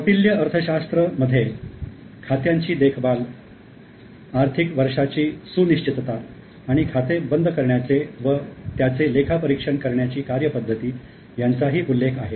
कौटिल्य अर्थशास्त्र मध्ये खात्यांची देखभाल आर्थिक वर्षाची सुनिश्चितता आणि खाते बंद करण्याचे व त्याचे लेखापरीक्षण करण्याची कार्यपद्धती यांचाही उल्लेख आहे